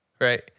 right